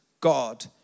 God